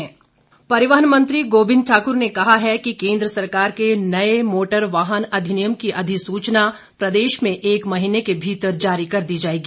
गोविंद ठाकुर परिवहन मंत्री गोविंद ठाकुर ने कहा है कि केंद्र सरकार के नए मोटर वाहन अधिनियम की अधिसूचना प्रदेश में एक महीने के भीतर जारी कर दी जाएगी